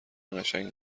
قشنگ